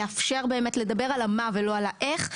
ולאפשר באמת לדבר על המה ולא על האיך.